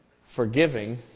forgiving